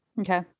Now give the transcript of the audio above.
Okay